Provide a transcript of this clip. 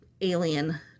alien